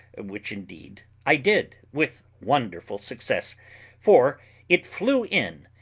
which, indeed, i did with wonderful success for it flew in,